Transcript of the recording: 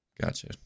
Gotcha